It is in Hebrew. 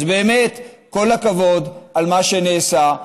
אז באמת, כל הכבוד על מה שנעשה.